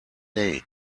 day